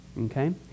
Okay